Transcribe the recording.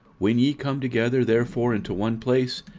when ye come together therefore into one place,